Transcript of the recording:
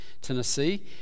Tennessee